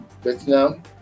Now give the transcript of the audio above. vietnam